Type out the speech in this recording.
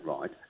right